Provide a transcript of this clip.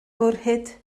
gwrhyd